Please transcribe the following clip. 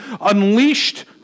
unleashed